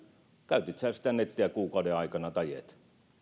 käytit sinä sitä nettiä kuukauden aikana tai et